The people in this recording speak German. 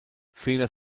fehler